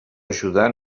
ajudar